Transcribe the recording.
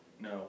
No